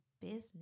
business